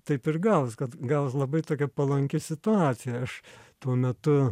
taip ir gaunas kad gaunas labai tokia palanki situacija aš tuo metu